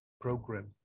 program